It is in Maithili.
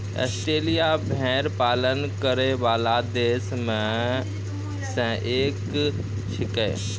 आस्ट्रेलिया भेड़ पालन करै वाला देश म सें एक छिकै